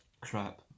crap